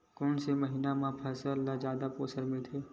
कोन से महीना म फसल ल जादा पोषण मिलथे?